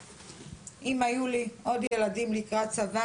אם היו לי עוד ילדים לקראת צבא